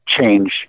change